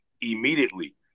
immediately